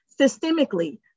Systemically